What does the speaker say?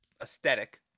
aesthetic